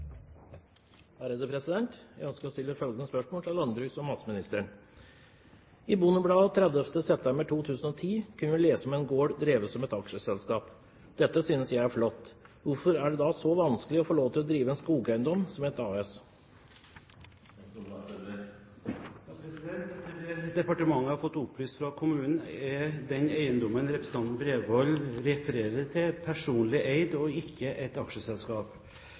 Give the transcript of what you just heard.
Bondebladet av 30. september 2010 kunne vi lese om en gård drevet som et aksjeselskap. Dette synes jeg er flott. Hvorfor er det da så vanskelig å få lov til å drive en skogeiendom som et AS?» Etter det departementet har fått opplyst fra kommunen, er den eiendommen representanten Bredvold refererer til, personlig eid og ikke et aksjeselskap.